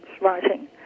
writing